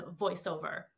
voiceover